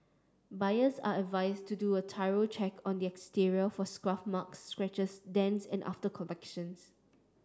buyers are advised to do a thorough check on the exterior for scuff marks scratches dents and after collections